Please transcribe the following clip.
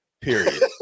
Period